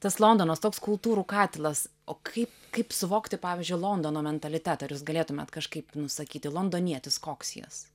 tas londonas toks kultūrų katilas o kaip kaip suvokti pavyzdžiui londono mentalitetą jūs galėtumėt kažkaip nusakyti londonietis koks jis